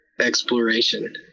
exploration